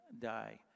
die